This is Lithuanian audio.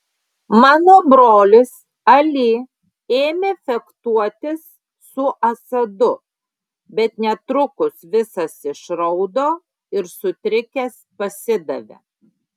mano brolis ali ėmė fechtuotis su asadu bet netrukus visas išraudo ir sutrikęs pasidavė